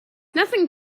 nothing